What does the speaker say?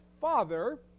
father